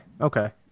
okay